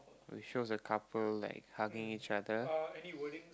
which shows a couple like hugging each other